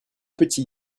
petits